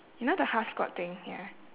you know the half squatting ya